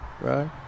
right